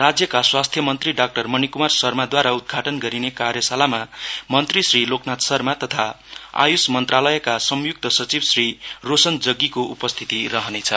राज्यका स्वास्थ्य मन्त्री डाक्टर मणीकुमार शर्माद्वारा उदघाटन गरिने कार्यशालामा मन्त्री श्री लोकनाथ शर्मा तथा आयुष मन्त्रालयका संयुक्त सचिव श्री रोशन जग्गीको उपस्थित रहनेछ